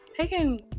taking